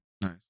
Nice